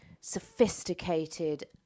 sophisticated